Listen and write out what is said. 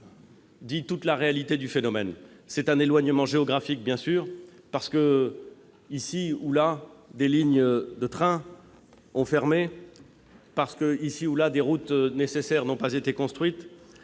pas toute la réalité du phénomène. Il s'agit d'un éloignement géographique, bien sûr, parce que, ici ou là, des lignes de train ont fermé ; ici ou là, des routes estimées nécessaires n'ont pas été construites